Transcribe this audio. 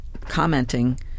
commenting